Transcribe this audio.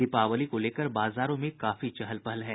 दीपावली को लेकर बाजारों में भी काफी चहल पहल है